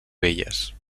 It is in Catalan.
belles